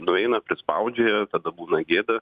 nueina prispaudžioja tada būna gėda